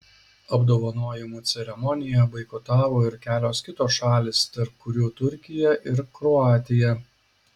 apdovanojimų ceremoniją boikotavo ir kelios kitos šalys tarp kurių turkija ir kroatija